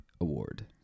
award